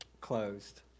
closed